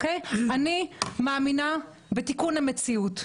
אני מאמינה בתיקון המציאות,